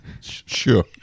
sure